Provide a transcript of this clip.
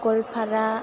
Goalpara